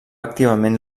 activament